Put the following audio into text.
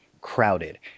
crowded